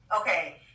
Okay